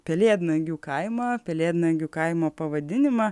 pelėdnagių kaimą pelėdnagių kaimo pavadinimą